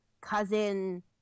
cousin